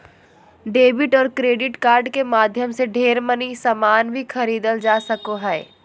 debit और credit card के माध्यम से ढेर मनी सामान भी खरीदल जा सको हय